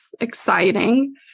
exciting